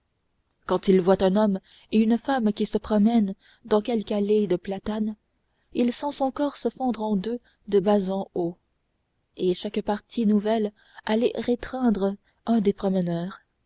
quand il voit un homme et une femme qui se promènent dans quelque allée de platanes il sent son corps se fendre en deux de bas en haut et chaque partie nouvelle aller étreindre un des promeneurs